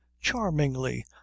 charmingly